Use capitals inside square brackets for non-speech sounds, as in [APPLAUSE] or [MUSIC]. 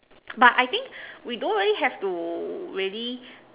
[NOISE] but I think we don't really have to really